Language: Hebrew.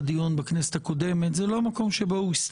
יכול להיות שזה לא רלוונטי לחלק מהדיון,